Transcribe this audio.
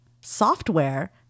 software